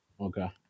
Okay